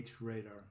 radar